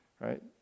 right